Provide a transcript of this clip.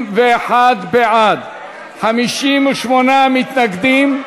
61 בעד, 58 מתנגדים.